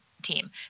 Team